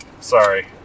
Sorry